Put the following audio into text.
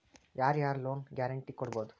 ಯಾರ್ ಯಾರ್ loan guarantee ಕೊಡ್ಬೊದು?